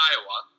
Iowa